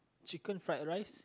chicken fried rice